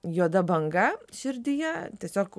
juoda banga širdyje tiesiog